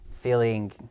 feeling